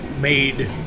made